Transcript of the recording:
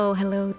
hello